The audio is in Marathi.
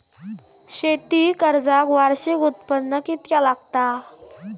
शेती कर्जाक वार्षिक उत्पन्न कितक्या लागता?